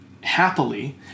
happily